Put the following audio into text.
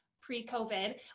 pre-COVID